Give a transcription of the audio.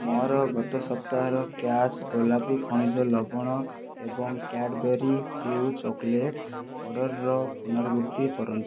ମୋର ଗତ ସପ୍ତାହର କ୍ୟାଚ୍ ଗୋଲାପୀ ଖଣିଜ ଲବଣ ଏବଂ କାଡବରି ଫ୍ୟୁଜ ଚକୋଲେଟ୍ ଅର୍ଡ଼ର୍ର ପୁନରାବୃତ୍ତି କରନ୍ତୁ